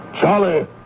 Charlie